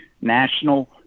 national